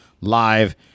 live